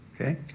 okay